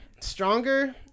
Stronger